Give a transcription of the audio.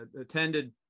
attended